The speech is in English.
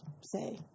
say